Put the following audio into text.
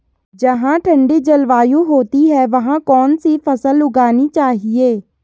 जहाँ ठंडी जलवायु होती है वहाँ कौन सी फसल उगानी चाहिये?